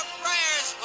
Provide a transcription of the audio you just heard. prayers